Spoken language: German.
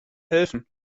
helfen